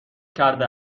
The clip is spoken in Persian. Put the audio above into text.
کرده